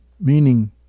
meaning